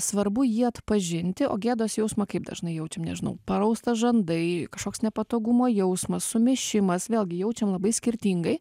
svarbu jį atpažinti o gėdos jausmą kaip dažnai jaučiam nežinau parausta žandai kažkoks nepatogumo jausmas sumišimas vėlgi jaučiam labai skirtingai